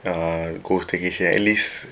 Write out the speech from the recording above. err go staycation at least